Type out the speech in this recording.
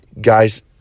guys